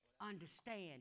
understand